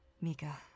Mika